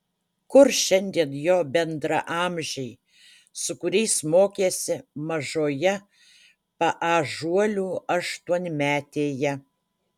kur šiandien jo bendraamžiai su kuriais mokėsi mažoje paąžuolių aštuonmetėje